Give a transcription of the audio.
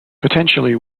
potentially